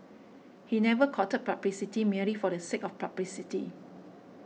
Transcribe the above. he never courted publicity merely for the sake of publicity